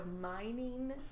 mining